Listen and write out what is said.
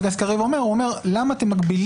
חבר הכנסת קריב אומר: למה אתם מגבילים